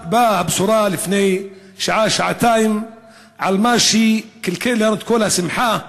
באה הבשורה לפני שעה-שעתיים על מה שקלקל לנו את כל השמחה.